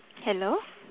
hello